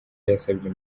yasabye